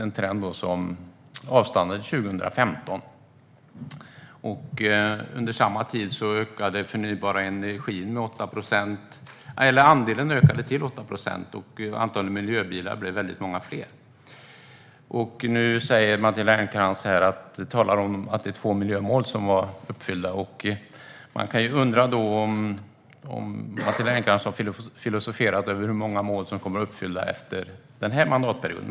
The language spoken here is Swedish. Det var en trend som avstannade 2015. Under samma tid ökade andelen förnybar energi till 8 procent, och antalet miljöbilar blev många fler. Nu säger Matilda Ernkrans att två miljömål är uppfyllda. Har Matilda Ernkrans filosoferat över hur många mål som kommer att vara uppfyllda efter den här mandatperioden?